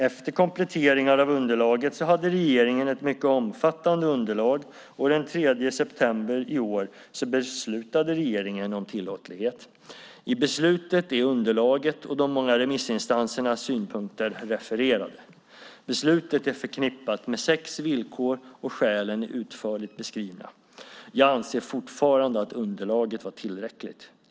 Efter kompletteringar av underlaget hade regeringen ett mycket omfattande underlag, och den 3 september i år beslutade regeringen om tillåtlighet. I beslutet är underlaget och de många remissinstansernas synpunkter refererade. Beslutet är förknippat med sex villkor, och skälen är utförligt beskrivna. Jag anser fortfarande att underlaget var tillräckligt.